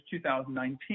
2019